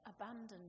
abandoned